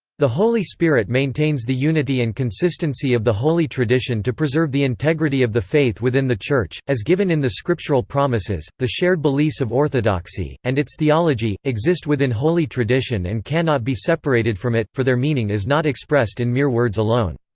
the holy spirit maintains the unity and consistency of the holy tradition to preserve the integrity of the faith within the church, as given in the scriptural promises the shared beliefs of orthodoxy, and its theology, exist within holy tradition and cannot be separated from it, for their meaning is not expressed in mere words alone.